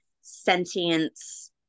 sentience